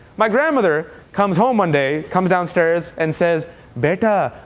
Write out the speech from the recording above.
my grandmother comes home one day, comes downstairs, and says beta,